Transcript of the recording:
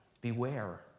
Beware